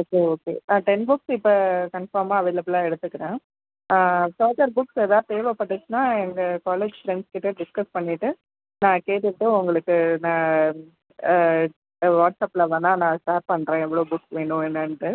okay okay ten books இப்போ கன்ஃபார்மாக அவைளபுள்லா எடுத்துக்கிறேன் பர்தர் புக்ஸ் எதாவது தேவைப்பட்டுச்சினா எங்கள் காலேஜ் ஃப்ரெண்ட்ஸ் கிட்ட டிஸ்கஸ் பண்ணிட்டு நான் கேட்டுட்டு உங்களுக்கு நான் வாட்ஸ்அப்பில் வேணுணா நான் ஷேர் பண்ணுறேன் எவ்வளோ புக் வேணும் என்னென்டு